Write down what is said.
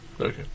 Okay